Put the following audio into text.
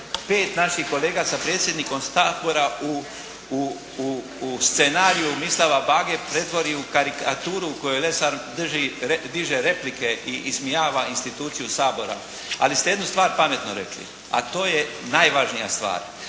se 5 naših kolega sa predsjednikom Sabora u scenariju Mislava Bage pretvori u karikaturu u kojoj Lesar diže replike i ismijava instituciju Sabora, ali ste jednu stvar pametno rekli, a to je najvažnija stvar.